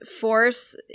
force